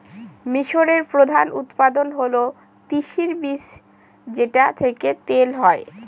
মিশরের প্রধান উৎপাদন হল তিসির বীজ যেটা থেকে তেল হয়